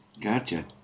gotcha